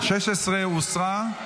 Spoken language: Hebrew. הסתייגות 16 הוסרה.